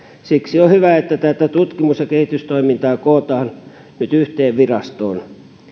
siksi on hyvä että tutkimus ja kehitystoimintaa kootaan nyt yhteen virastoon